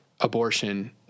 Abortion